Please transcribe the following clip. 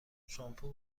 شامپو